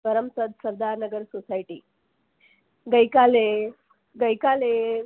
Karamsad Sardar Nagar society ગઈ કાલે ગઈકાલે